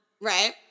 right